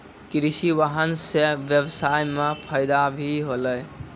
कृषि वाहन सें ब्यबसाय म फायदा भी होलै